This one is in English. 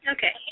Okay